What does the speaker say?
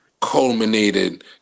culminated